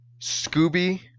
Scooby